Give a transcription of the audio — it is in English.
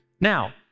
Now